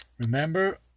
remember